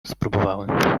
spróbowałem